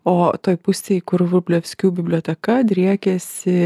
o toj pusėj kur vrublevskių biblioteka driekėsi